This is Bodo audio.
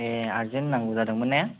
ए आर्जेन्ट नांगौ जादोंमोन ने